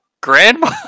Grandma